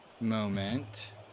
moment